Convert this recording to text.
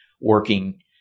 working